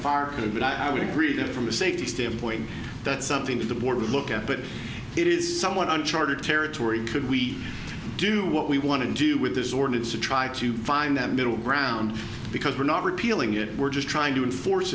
too but i would agree that from a safety standpoint that's something to the board to look at but it is somewhat uncharted territory could we do what we want to do with this ordinance to try to find that middle ground because we're not repealing it we're just trying to enforce